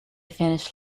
finished